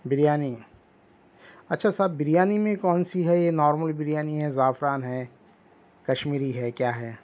بریانی اچھا صاحب بریانی میں کون سی ہے یہ نارمل بریانی ہے یا زعفران ہے کشمیری ہے کیا ہے